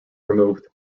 removed